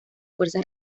fuerzas